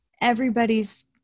everybody's